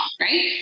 Right